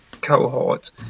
cohort